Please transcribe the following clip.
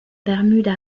bermudes